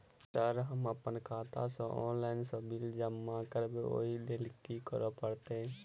Sir हम अप्पन खाता सऽ ऑनलाइन सऽ बिल सब जमा करबैई ओई लैल की करऽ परतै?